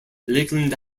lakeland